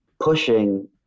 Pushing